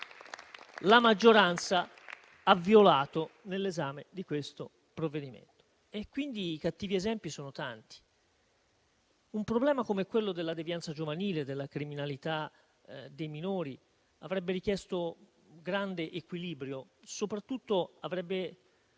la maggioranza ha violato nell'esame di questo provvedimento, quindi i cattivi esempi sono tanti. Un problema come quello della devianza giovanile e della criminalità dei minori avrebbe richiesto grande equilibrio, soprattutto avrebbe richiesto